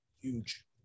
Huge